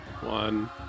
One